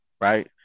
right